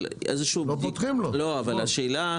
אבל השאלה,